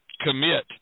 commit –